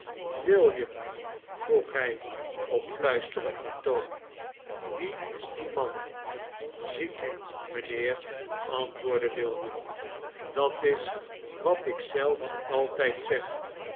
william vroeg hij op fluisterenden toon wie is die man ziet u mijnheer antwoordde william dat is wat ik zelf altijd zeg